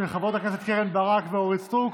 של חברות הכנסת קרן ברק ואורית סטרוק.